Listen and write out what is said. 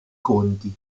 conti